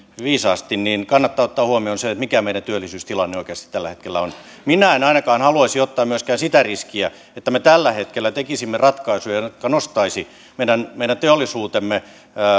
viisaasti kannattaa ottaa huomioon mikä meidän työllisyystilanne oikeasti tällä hetkellä on minä en ainakaan haluaisi ottaa myöskään sitä riskiä että me tällä hetkellä tekisimme ratkaisuja jotka nostaisivat meidän meidän teollisuutemme